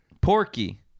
Porky